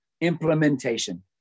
implementation